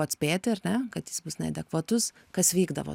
atspėti ar ne kad jis bus neadekvatus kas vykdavo